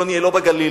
לא נהיה לא בגליל,